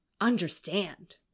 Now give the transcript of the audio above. understand